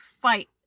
fight